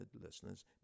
listeners